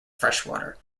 freshwater